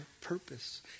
purpose